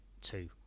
two